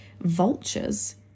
vultures